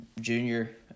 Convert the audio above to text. junior